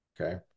Okay